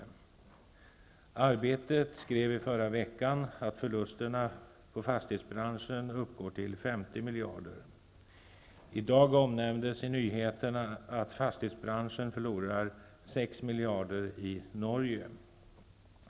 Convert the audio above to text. Tidningen Arbetet skrev i förra veckan att förlusterna på fastighetsbranschen uppgår till 50 miljarder. I dag omnämndes i nyheterna att fastighetsbranschen förlorar 6 miljarder i Norge.